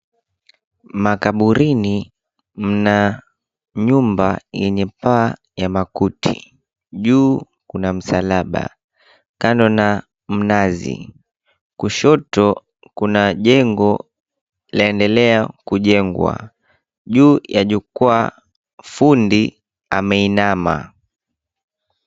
Makaburini mna nyumba yenye paa ya makuti. Juu kuna msalaba, kando na mnazi, kushoto kunajengo laendelea kujengwa, juu ya jukwaa fundi ameinama.